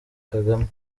kagame